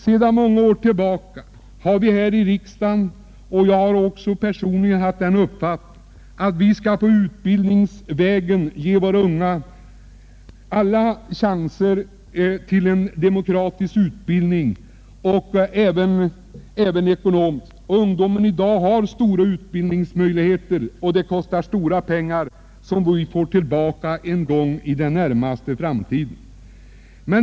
Sedan många år tillbaka har jag med kraft hävdat den uppfattningen att vi utbildningsvägen skall ge våra unga chanser till en demokratisk utbildning. Ungdomen i dag har också stora utbildningsmöjligheter. Det kostar stora pengar, men det får vi tillbaka en gång i den närmaste framtiden.